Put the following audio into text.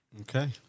Okay